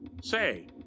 Say